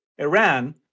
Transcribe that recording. Iran